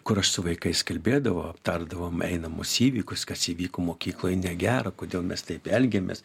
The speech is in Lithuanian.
kur aš su vaikais kalbėdavau aptardavom einamus įvykius kas įvyko mokykloj negera kodėl mes taip elgiamės